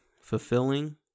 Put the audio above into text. fulfilling